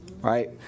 right